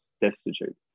destitute